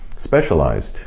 specialized